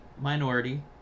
minority